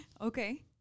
Okay